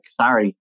sorry